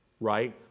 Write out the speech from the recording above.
right